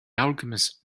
alchemist